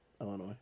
Illinois